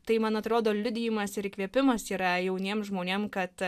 tai man atrodo liudijimas ir įkvėpimas yra jauniem žmonėm kad